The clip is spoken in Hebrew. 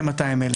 כ-200,000.